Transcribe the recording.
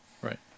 Right